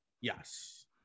Yes